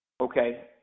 Okay